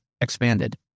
Expanded